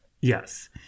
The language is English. Yes